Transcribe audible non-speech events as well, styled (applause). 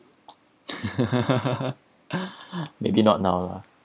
(laughs) maybe not now lah